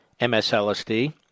MSLSD